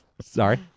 Sorry